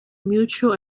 mutual